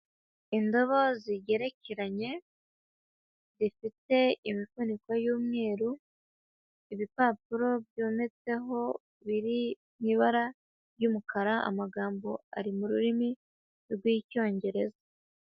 Indobo zigerekeranye zifite imifuniko y'umweru, ibipapuro byometseho biri mu ibara ry'umukara, amagambo ari mu rurimi rw'icyongereza.